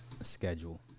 schedule